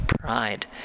pride